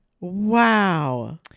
Wow